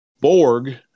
Borg